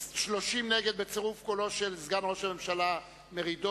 30 נגד בצירוף קולו של סגן ראש הממשלה מרידור,